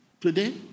today